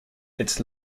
its